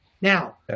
Now